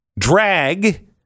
Drag